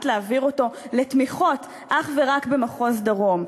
להעביר אותו לתמיכות אך ורק במחוז דרום,